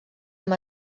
amb